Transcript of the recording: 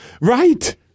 Right